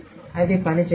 అది పని చేయదు